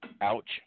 ouch